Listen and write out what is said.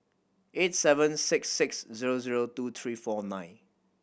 eight seven six six zero zero two three four nine